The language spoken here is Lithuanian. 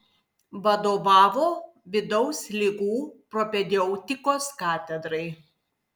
vadovavo vidaus ligų propedeutikos katedrai